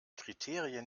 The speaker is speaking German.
kriterien